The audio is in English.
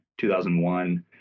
2001